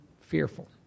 fearful